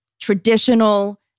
traditional